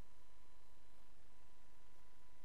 להבדיל מהמגזר הציבורי שכולנו מכירים